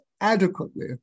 adequately